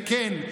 וכן,